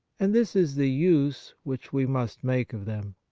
and this is the use which we must make of them.